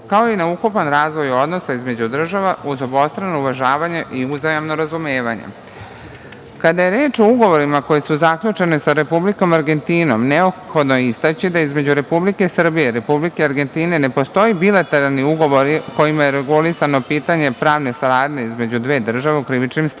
kao i na ukupan razvoj odnosa između država, uz obostrano uvažavanje i uzajamno razumevanje. Kada je reč o ugovorima koji su zaključeni sa Republikom Argentinom, neophodno je istaći da između Republike Srbije i Republike Argentine ne postoje bilateralni ugovori kojima je regulisano pitanje pravne saradnje između dve države u krivičnim stvarima.